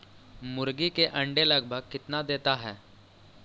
मुर्गी के अंडे लगभग कितना देता है?